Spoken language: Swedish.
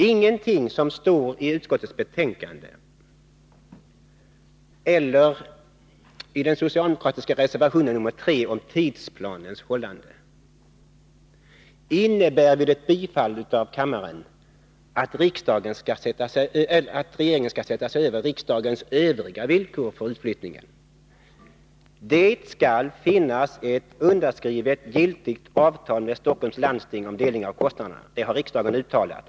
Ingenting som står i utskottsbetänkandet eller i den socialdemokratiska reservationen nr 3 om tidsplanens hållande innebär vid kammarens bifall att regeringen skall sätta sig över riksdagens övriga villkor för utflyttningen. Det skall finnas ett underskrivet, giltigt avtal med Stockholms läns landsting om delning av kostnaderna — det har riksdagen uttalat.